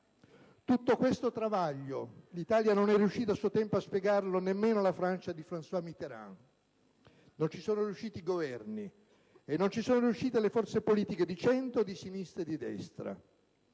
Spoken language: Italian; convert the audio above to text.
Tutto questo travaglio l'Italia non è riuscita a suo tempo a spiegarlo nemmeno alla Francia di François Mitterrand. Non ci sono riusciti i Governi e non ci sono riuscite le forze politiche di centro, di sinistra e di destra.